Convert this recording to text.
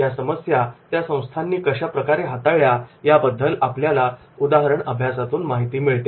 या समस्या त्या संस्थांनी कशाप्रकारे हाताळल्या याबद्दल आपल्याला उदाहरण अभ्यासातून माहिती मिळते